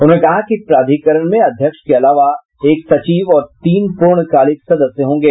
उन्होंने कहा कि प्राधिकरण में अध्यक्ष के अलावा एक सचिव और तीन प्रर्णकालिक सदस्य होंगे